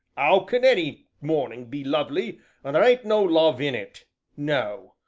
ow can any morning be lovely when there ain't no love in it no,